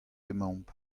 emaomp